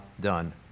done